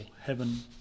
heaven